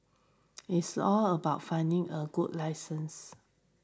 it's all about finding a good licence